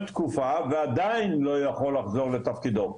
תקופה ועדיין לא יכול לחזור לתפקידו?